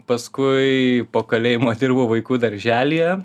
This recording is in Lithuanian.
paskui po kalėjimo dirbau vaikų darželyje